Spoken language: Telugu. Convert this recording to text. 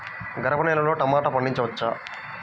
గరపనేలలో టమాటా పండించవచ్చా?